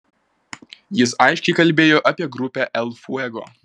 jis aiškiai kalbėjo apie grupę el fuego